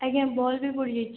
ଆଜ୍ଞା ବଲ୍ ବି ପୋଡ଼ିଯାଇଛି